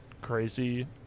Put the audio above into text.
crazy